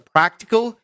Practical